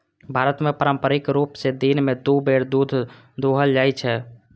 भारत मे पारंपरिक रूप सं दिन मे दू बेर दूध दुहल जाइ छै